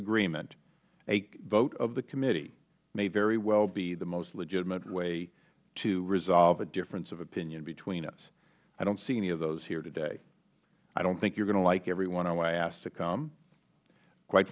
agreement a vote of the committee may very well be the most legitimate way to resolve a difference of opinion between us i don't see any of those here today i don't think you are going to like everyone who i ask to come quite